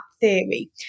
theory